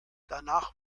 danach